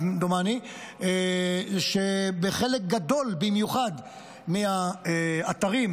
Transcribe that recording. שבחלק גדול במיוחד מהאתרים,